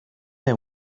they